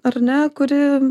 ar ne kuri